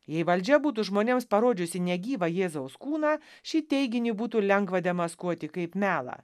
jei valdžia būtų žmonėms parodžiusi negyvą jėzaus kūną šį teiginį būtų lengva demaskuoti kaip melą